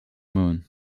moon